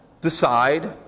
decide